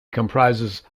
comprises